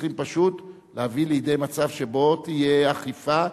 צריכים פשוט להביא לידי מצב שבו תהיה אכיפה,